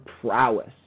prowess